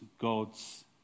God's